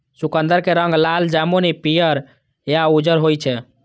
चुकंदर के रंग लाल, जामुनी, पीयर या उज्जर होइ छै